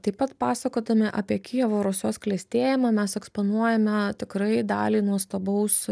taip pat pasakodami apie kijevo rusios klestėjimą mes eksponuojame tikrai dalį nuostabaus